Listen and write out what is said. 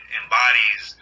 embodies